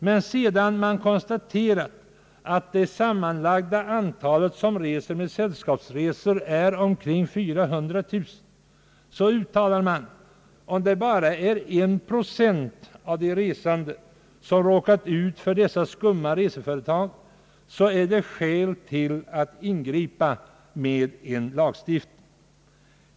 Men sedan man konstaterat att det sammanlagda antalet personer som utnyttjar sällskapsresor är omkring 490 000 uttalar man att om det bara är en procent av de resande som råkar ut för dessa skumma resebyråföretag är det skäl att ingripa med en lagstiftning.